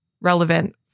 relevant